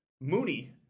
Mooney